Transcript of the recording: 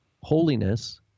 holiness